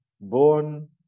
born